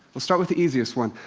we'll start with the easiest one.